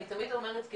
אני תמיד אומרת כאמא,